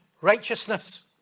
righteousness